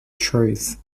truth